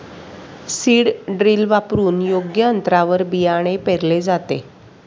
seed drill वापरून योग्य अंतरावर बियाणे पेरले जाते